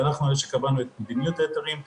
אנחנו מדברים נטו על טיפולים בישראל.